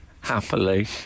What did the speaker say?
happily